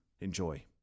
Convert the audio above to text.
Enjoy